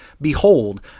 behold